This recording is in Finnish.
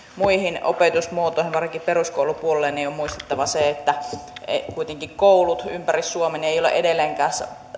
muihin opetusmuotoihin varsinkin peruskoulupuolella on muistettava se että kuitenkaan koulut ympäri suomen eivät ole edelleenkään